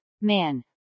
man